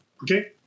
Okay